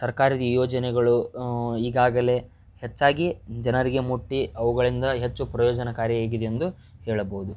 ಸರ್ಕಾರದ ಈ ಯೋಜನೆಗಳು ಈಗಾಗಲೇ ಹೆಚ್ಚಾಗಿ ಜನರಿಗೆ ಮುಟ್ಟಿ ಅವುಗಳಿಂದ ಹೆಚ್ಚು ಪ್ರಯೋಜನಕಾರಿಯಾಗಿದೆ ಎಂದು ಹೇಳಬಹುದು